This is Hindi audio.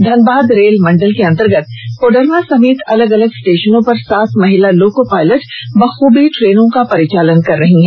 धनबाद रेल मंडल के अंतर्गत कोडरमा समेत अलग अलग स्टेशनों पर सात महिला लोको पायलट बखूबी ट्रेनों का परिचालन कर रही है